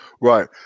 Right